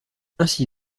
ainsi